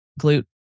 glute